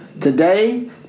Today